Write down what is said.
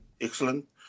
excellent